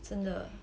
真的